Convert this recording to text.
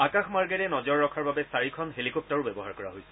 আকাশ মাৰ্গেৰে নজৰ ৰখাৰ বাবে চাৰিখন হেলিকপ্টাৰো ব্যৱহাৰ কৰা হৈছে